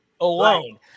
alone